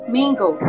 Mango